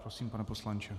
Prosím, pane poslanče.